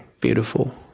beautiful